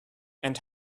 and